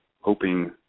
hoping